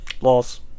Loss